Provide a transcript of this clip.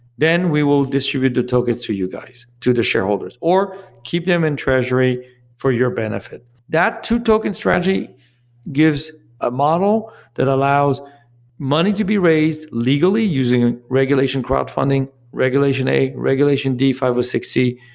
then we will distribute the tokens to you guys, to the shareholders, or keep them in treasury for your benefit that two-token strategy gives a model that allows money to be raised legally using a regulation crowdfunding, regulation a, regulation d five or six c,